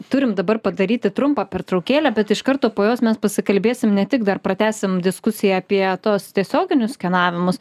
turim dabar padaryti trumpą pertraukėlę bet iš karto po jos mes pasikalbėsim ne tik dar pratęsim diskusiją apie tuos tiesioginius skenavimus